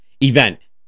event